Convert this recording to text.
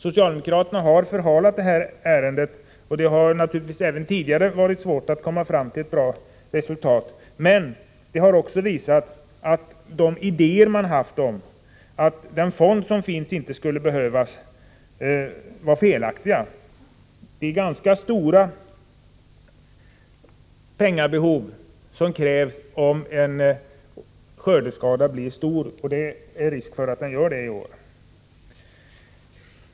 Socialdemokraterna har förhalat detta ärende, och det har naturligtvis även tidigare varit svårt att komma fram till ett bra resultat. Det har emellertid visat sig att deras idéer om att den fond som finns inte skulle behövas, var felaktiga. Det krävs ganska stora pengar om skördeskadorna blir omfattande, och det är risk för att de blir det i år.